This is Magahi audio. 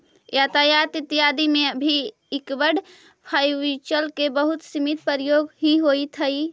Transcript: यातायात इत्यादि में अभी लिक्विड बायोफ्यूल के बहुत सीमित प्रयोग ही होइत हई